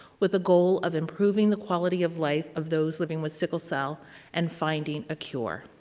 with the goal of improving the quality of life of those living with sickle cell and finding a cure.